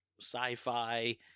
sci-fi